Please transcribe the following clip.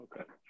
Okay